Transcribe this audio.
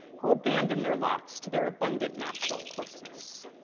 who abandoned their locks to their abundant natural coarseness.